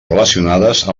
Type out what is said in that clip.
relacionades